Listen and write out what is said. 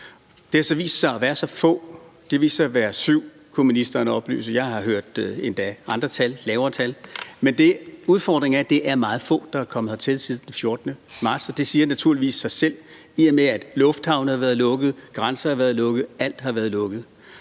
Det har så vist sig at være meget få – det har vist sig at være syv, kunne ministeren oplyse, og jeg har endda hørt andre, lavere tal – så udfordringen er, at det er meget få, der er kommet hertil siden den 14. marts. Det siger naturligvis sig selv, i og med at lufthavne har været lukket, grænser har været lukket, alt har været lukket.